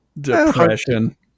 Depression